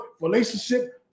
relationship